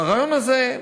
והרעיון הזה,